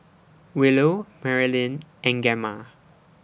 Willow Marylyn and Gemma